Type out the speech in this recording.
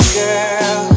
girl